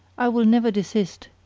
i will never desist,